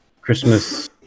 Christmas